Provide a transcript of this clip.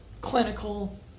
clinical